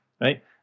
right